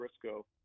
Briscoe